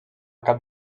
cap